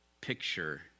picture